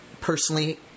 personally